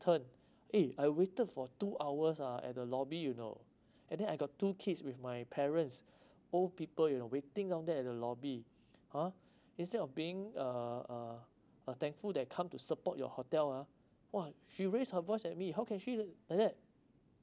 turn eh I waited for two hours ah at the lobby you know and then I got two kids with my parents old people you know waiting on that the lobby ha instead of being uh uh uh thankful that come to support your hotel ah !wah! she raised her voice at me how can she like that